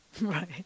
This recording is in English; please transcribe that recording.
Right